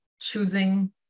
choosing